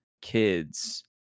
kids